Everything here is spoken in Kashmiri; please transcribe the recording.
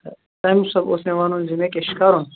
تہٕ تَمہِ سَببہٕ اوس مےٚ وَنُن زِ مےٚ کیٛاہ چھُ کَرُن